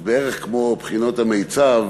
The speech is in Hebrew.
אז בערך כמו בחינות המיצ"ב,